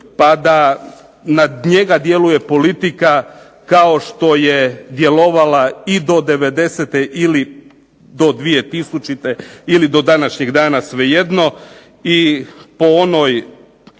pa da na njega djeluje politika kao što je djelovala i do devedesete ili do dvije tisućite ili do današnjeg dana svejedno. I po onoj